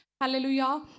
Hallelujah